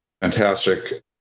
Fantastic